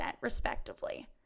respectively